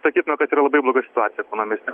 sakyt kad yra labai bloga situacija kauno mieste